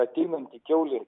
ateinanti kiaulė